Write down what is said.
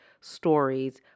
stories